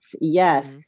Yes